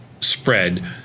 spread